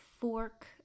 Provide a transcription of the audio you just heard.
fork